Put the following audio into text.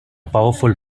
powerful